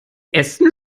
essen